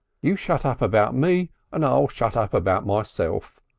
you shut up about me and i'll shut up about myself.